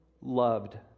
loved